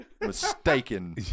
mistaken